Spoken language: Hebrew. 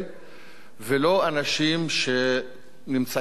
ולא של אנשים שנמצאים בכל העולם,